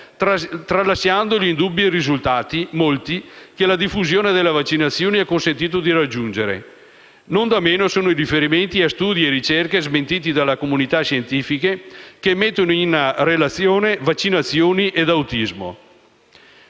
tralasciando gli indubbi risultati (molti) che la diffusione delle vaccinazioni ha consentito di raggiungere. Non da meno sono i riferimenti a studi e ricerche, smentiti dalla comunità scientifiche, che mettono in relazione vaccinazione ed autismo.